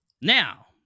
Now